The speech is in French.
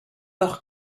hors